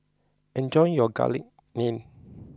enjoy your Garlic Naan